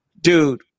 Dude